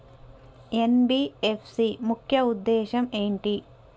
NBFC ముఖ్య ఉద్దేశం ఏంటి?